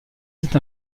cette